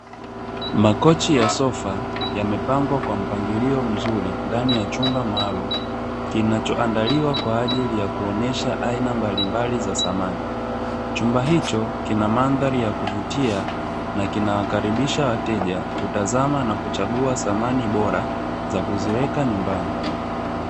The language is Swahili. Makochi ya sofa, yamepangwa kwa mpangilio mzuri ndani ya chumba maalumu, kinachoandaliwa kwa ajili ya kuonyesha aina mbalimbali za samani, Chumba hicho kina mandhari ya kuvutia na kinawakaribisha wateja kutazama na kuchagua samani bora za kuziweka nyumbani.